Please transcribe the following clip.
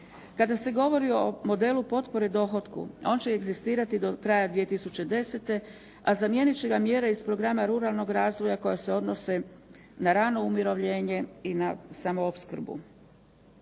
Kada se govori o modelu potpore dohotku on će egzistirati do kraja 2010. a zamijeniti će ga mjere iz programa ruralnog razvoja koje se odnose na rano umirovljene i na samoopskrbu.